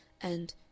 And